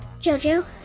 JoJo